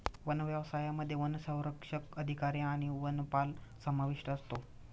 one व्यवसायामध्ये वनसंरक्षक अधिकारी आणि वनपाल समाविष्ट असतो